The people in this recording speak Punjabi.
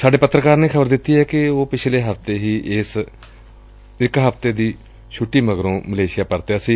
ਸਾਡੇ ਪੱਤਰਕਾਰ ਨੇ ਖ਼ਬਰ ਦਿੱਤੀ ਏ ਕਿ ਉਹ ਪਿਛਲੇ ਹਫ਼ਤੇ ਹੀ ਇਕ ਹਫ਼ਤੇ ਦੀ ਛੁੱਟੀ ਮਗਰੋਂ ਮਲੇਸ਼ੀਆ ਪਰਾਤਿਆ ਸੀ